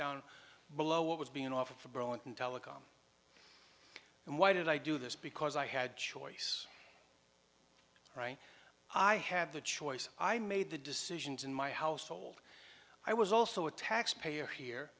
down below what was being offered for burlington telecom and why did i do this because i had choice i have the choice i made the decisions in my household i was also a tax payer here